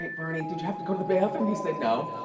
bernie, did you have to go to the bathroom? he said, no.